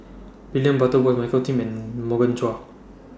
William Butterworth Michael Kim and Morgan Chua